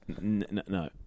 No